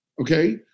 okay